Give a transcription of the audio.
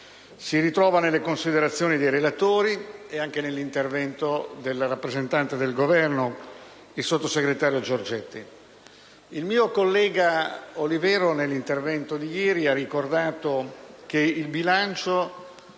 si ritrova nelle considerazioni dei relatori e anche nell'intervento del rappresentante del Governo, il sottosegretario Giorgetti. Il mio collega Olivero ha ricordato nell'intervento di ieri che il bilancio